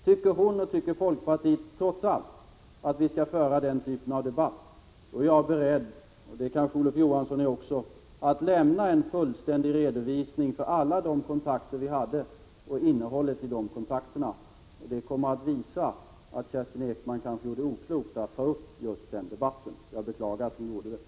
Tycker hon och folkpartiet trots allt att vi skall föra den typen av debatt, då är jag beredd — och det kanske också Olof Johansson är — att lämna en fullständig redovisning för alla de kontakter som vi hade och innehållet i de kontakterna. Det kommer att visa att Kerstin Ekman kanske var oklok som tog upp den debatten, och jag beklagar att hon gjorde det.